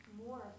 more